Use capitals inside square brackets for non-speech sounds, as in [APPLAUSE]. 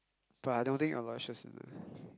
but I don't think Aloysius [BREATH]